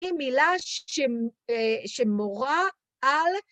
‫היא מילה שמורה על...